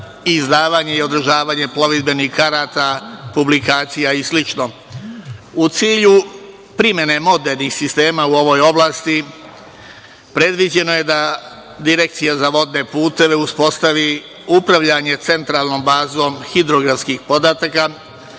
izdavanje i održavanje plovidbenih karata, publikacija i slično.U cilju primene modernih sistema u ovoj oblasti predviđeno je da Direkcija za vodne puteve uspostavi upravljanje centralnom bazom hidrografskih podataka,